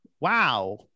wow